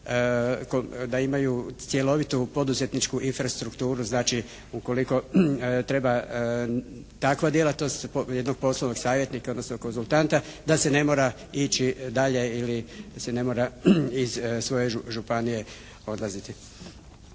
da imaju cjelovitu poduzetničku infrastrukturu. Znači, ukoliko treba takva djelatnost jednog poslovnog savjetnika, odnosno konzultanta da se ne mora ići dalje ili se ne mora iz svoje županije odlaziti.